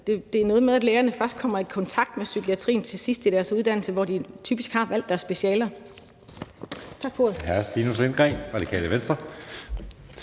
det er noget med, at lægerne først kommer i kontakt med psykiatrien til sidst i deres uddannelse, hvor de typisk har valgt deres specialer.